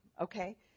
Okay